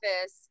office